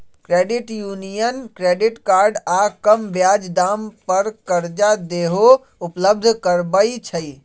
credit union credit card आऽ कम ब्याज दाम पर करजा देहो उपलब्ध करबइ छइ